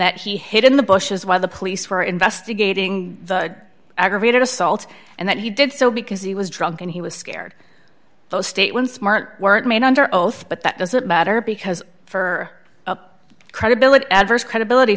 that he hid in the bushes while the police were investigating the aggravated assault and that he did so because he was drunk and he was scared though state when smart weren't made under oath but that doesn't matter because for credibility adverse credibility